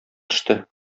төште